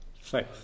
faith